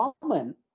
common